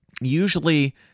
usually